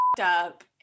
up